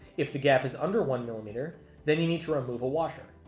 if the gap is under one millimeter then you need to remove a washer,